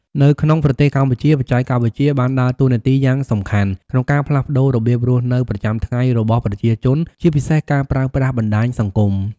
នៅក្នុងប្រទេសកម្ពុជា បច្ចេកវិទ្យាបានដើរតួនាទីយ៉ាងសំខាន់ក្នុងការផ្លាស់ប្តូររបៀបរស់នៅប្រចាំថ្ងៃរបស់ប្រជាជន ជាពិសេសការប្រើប្រាស់បណ្តាញសង្គម។